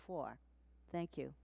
for thank you